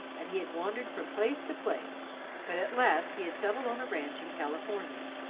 and he had wandered from place to place but at last he had settled on a ranch in california,